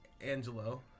Angelo